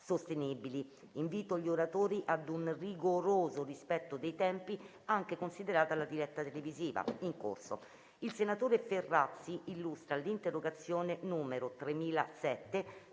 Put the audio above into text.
sostenibili. Invito gli oratori ad un rigoroso rispetto dei tempi, anche considerata la diretta televisiva in corso. Il senatore Ferrazzi ha facoltà di illustrare l'interrogazione